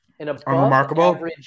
Unremarkable